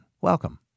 welcome